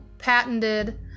patented